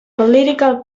political